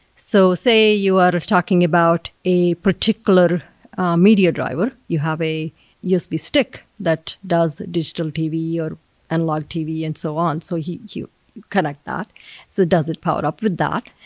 so say you are talking about a particular media driver. you have a usb stick that does digital tv or analog tv and so on. so you connect that. so does it power up with that?